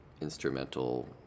instrumental